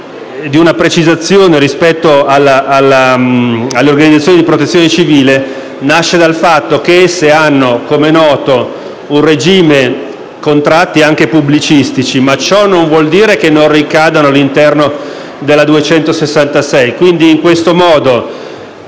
di una precisazione rispetto alle organizzazioni di Protezione civile nasce dal fatto che esse hanno, com'è noto, un regime e contratti anche pubblicistici, ma ciò non vuol dire che non ricadano nell'ambito della legge n. 266. In questo modo,